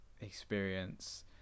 experience